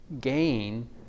gain